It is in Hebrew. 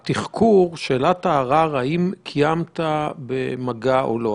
שאלת הערר: האם קיימת מגע או לא.